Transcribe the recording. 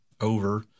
over